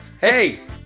Hey